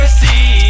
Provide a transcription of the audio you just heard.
see